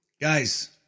Guys